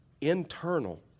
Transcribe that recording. internal